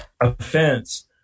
offense